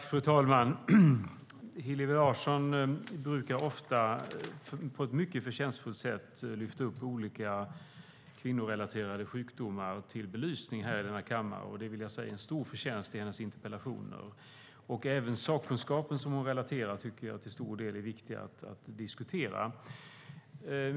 Fru talman! Hillevi Larsson brukar ofta på ett mycket förtjänstfullt sätt lyfta upp olika kvinnorelaterade sjukdomar till belysning i denna kammare. Det är en stor förtjänst i hennes interpellationer. Även sakkunskapen som hon relaterar till tycker jag till stor del är viktig att diskutera.